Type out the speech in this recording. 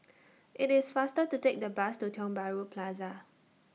IT IS faster to Take The Bus to Tiong Bahru Plaza